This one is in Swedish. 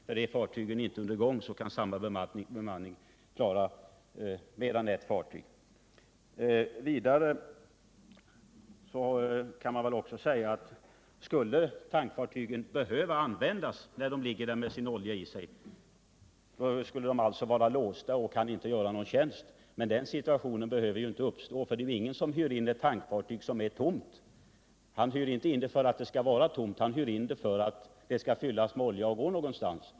Någon säger kanske att om tankfartygen skulle behöva användas när de Om lagring av olja i upplagt tanktonnage Om uttalande angående förbud mot stora skogsmaskiner ligger upplagda med ”beredskapsolja” i sig, så är de på detta sätt låsta och saknar möjlighet att bortfraktas. Den situationen behöver dock inte uppstå. — Man hyr ju inte in ett fartyg för att det skall vara tomt, utan man hyrin det för att det skall fyllas med olja och gå någonstans.